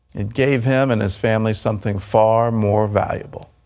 it gave him and his family something far more valuable.